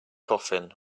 coffin